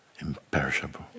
imperishable